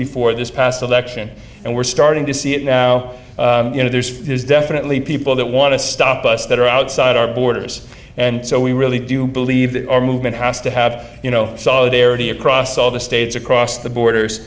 before this past election and we're starting to see it now you know there's definitely people that want to stop us that are outside our borders and so we really do believe that our movement has to have you know solidarity across all the states across the borders